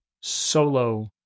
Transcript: solo